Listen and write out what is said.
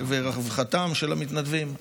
ולרווחתם של המתנדבים.